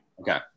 Okay